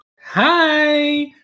hi